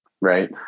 Right